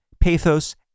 pathos